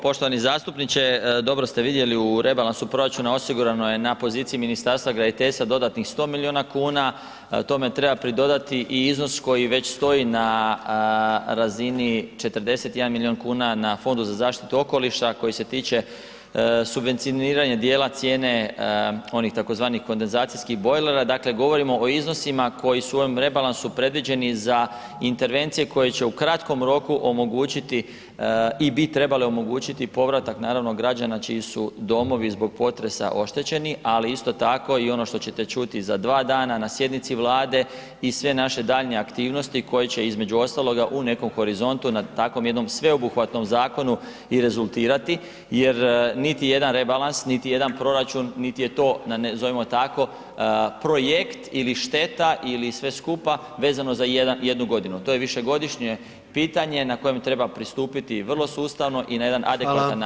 Poštovani zastupniče, dobro ste vidjeli u rebalansu proračuna osigurano je na poziciji Ministarstva graditeljstva dodatnih 100 milijuna kuna, tome tr4eba pridodati i iznos koji već stoji na razini 41 milijun kuna na Fondu za zaštitu okoliša koji se tiče subvencioniranje djela cijene onih tzv. kondenzacijskih bojlera, dakle govorimo o iznosima koji su u ovom rebalansu predviđeni za intervencije koje će u kratkom roku omogućiti i bi trebali omogućiti povratak naravno građana čiji su domovi zbog potresa oštećeni, ali isto tako i ono što ćete čuti za dva dana na sjednici Vlade i sve naše daljnje koje će između ostaloga u nekom horizontu na takvom jednom sveobuhvatnom zakon i rezultirati jer niti jedan rebalans niti jedan proračun niti je to nazovimo tako projekt ili šteta ili sve skupa vezano za jednu godinu, to je višegodišnje pitanje na kojem treba pristupiti vrlo sustavno i na jedan adekvatan način riješiti tu problematiku.